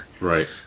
right